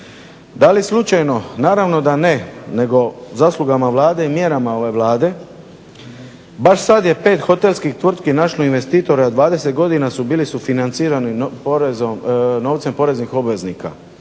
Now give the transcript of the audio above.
Da li slučajno? Naravno da ne nego zaslugama Vlade i mjerama ove Vlade. Baš sada je 5 hotelskih tvrtki našlo investitore a 20 godina su bili sufinancirani novcem poreznih obveznika